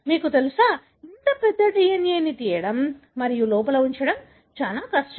మీకు తెలుసా ఇంత పెద్ద DNA తీయడం మరియు లోపల ఉంచడం చాలా కష్టం